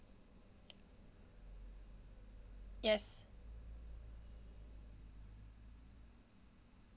yes